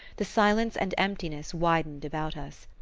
the silence and emptiness widened about us.